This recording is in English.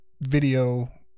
video